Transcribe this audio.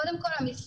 קודם כל המשרד,